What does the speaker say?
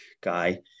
guy